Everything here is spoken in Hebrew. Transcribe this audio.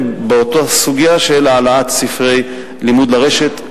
באותה סוגיה של העלאת ספרי לימוד לרשת.